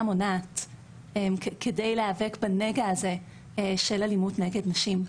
מונעת כדי להיאבק בנגע הזה של אלימות נגד נשים.